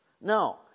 No